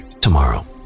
tomorrow